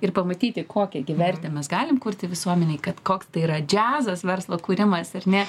ir pamatyti kokią gi vertę mes galim kurti visuomenei kad koks tai yra džiazas verslo kūrimas ar ne